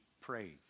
praise